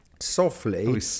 softly